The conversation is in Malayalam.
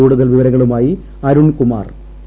കൂടുതൽ വിവരങ്ങളുമായി അരുൺകുമാർ ്ട്